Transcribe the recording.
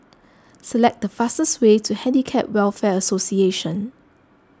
select the fastest way to Handicap Welfare Association